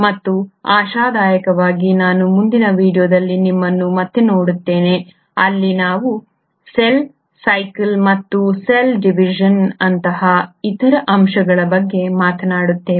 ಮತ್ತು ಆಶಾದಾಯಕವಾಗಿ ನಾನು ಮುಂದಿನ ವೀಡಿಯೊದಲ್ಲಿ ನಿಮ್ಮನ್ನು ಮತ್ತೆ ನೋಡುತ್ತೇನೆ ಅಲ್ಲಿ ನಾವು ಸೆಲ್ ಸೈಕಲ್ ಮತ್ತು ಸೆಲ್ ಡಿವಿಷನ್ ಅಂತಹ ಇತರ ಅಂಶಗಳ ಬಗ್ಗೆ ಮಾತನಾಡುತ್ತೇವೆ